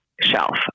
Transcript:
shelf